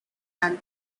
and